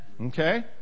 Okay